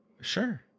Sure